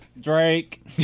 Drake